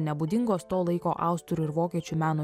nebūdingos to laiko austrų ir vokiečių meno